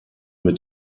mit